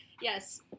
Yes